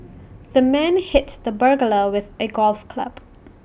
the man hit the burglar with A golf club